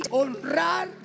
honrar